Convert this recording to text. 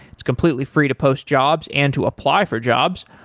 it's completely free to post jobs and to apply for jobs.